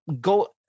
Go